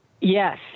Yes